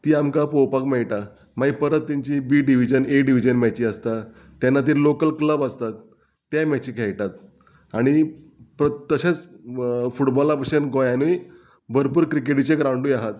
ती आमकां पळोवपाक मेळटा मागीर परत तेंची बी डिविजन ए डिविजन मॅची आसता तेन्ना ती लोकल क्लब आसतात ते मॅची खेळटात आनी प्र तशेंच फुटबॉला भशेन गोंयानूय भरपूर क्रिकेटीचे ग्रावंडूय आहात